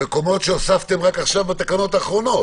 במקומות שהוספתם רק עכשיו בתקנות האחרונות,